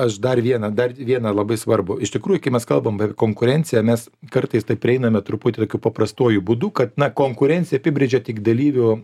aš dar vieną dar vieną labai svarbų iš tikrųjų kai mes kalbam konkurenciją mes kartais taip prieiname truputį tokiu paprastuoju būdu kad na konkurencija apibrėžia tik dalyvių